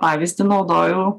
pavyzdį naudoju